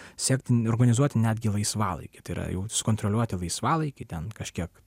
sekti organizuoti netgi laisvalaikį tai yra jau sukontroliuoti laisvalaikį ten kažkiek